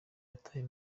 yataye